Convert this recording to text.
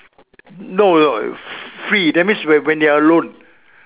no no free that means when when you're alone